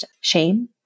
shame